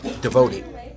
Devoted